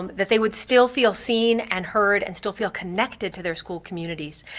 um that they would still feel seen and heard and still feel connected to their school communities.